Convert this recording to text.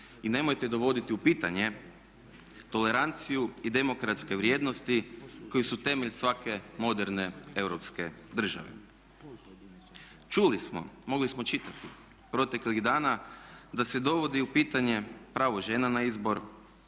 i nemojte dovoditi u pitanje toleranciju i demokratske vrijednosti koji su temelj svake moderne europske države. Čuli smo, mogli smo čitati proteklih dana da se dovodi u pitanje pravo žena na izbor,